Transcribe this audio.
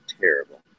terrible